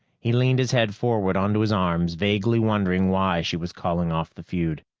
he leaned his head forward onto his arms, vaguely wondering why she was calling off the feud.